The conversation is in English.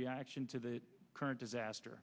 reaction to the current disaster